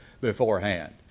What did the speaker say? beforehand